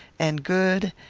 and good,